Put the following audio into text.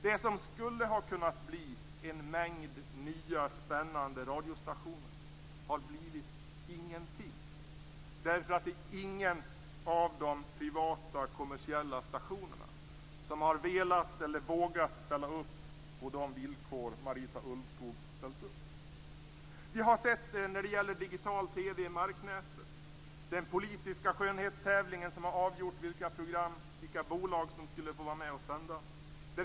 Det som skulle ha kunnat bli en mängd nya spännande radiostationer har blivit ingenting därför att ingen av de privata kommersiella stationerna har velat eller vågat ställa upp på de villkor som Marita Ulvskog ställt upp. När det gäller digital-TV i marknätet har den politiska skönhetstävlingen avgjort vilka program och vilka bolag som skulle få vara med och sända.